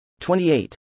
28